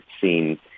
seen